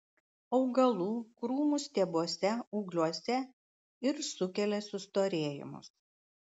augalų krūmų stiebuose ūgliuose ir sukelia sustorėjimus